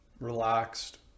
relaxed